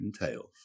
entails